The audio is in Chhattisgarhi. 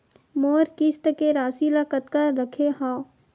मोर किस्त के राशि ल कतका रखे हाव?